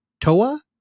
Toa